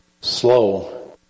slow